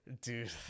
Dude